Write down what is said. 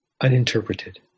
uninterpreted